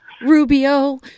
Rubio